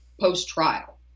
post-trial